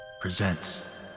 presents